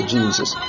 Jesus